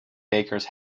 bakers